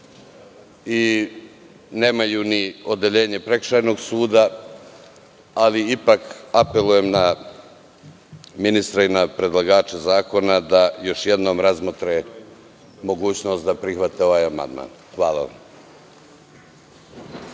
i nemaju ni odeljenje Prekršajnog suda, ali ipak apelujem na ministra i predlagača zakona još jednom razmotre mogućnost da prihvate ovaj amandman. Hvala vam.